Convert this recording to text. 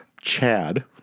Chad